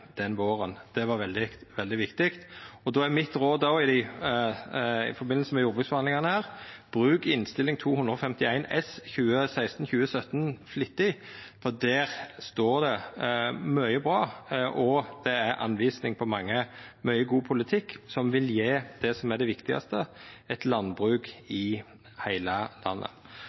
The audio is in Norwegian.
den våren. Det var veldig viktig. Då er mitt råd i samband med jordbruksforhandlingane: Bruk Innst. 251 S for 2016–2017 flittig, for der står det mykje bra, og det er ei tilvising på mykje god politikk som vil gje det som er det viktigaste: eit landbruk i heile landet.